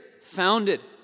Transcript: founded